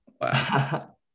wow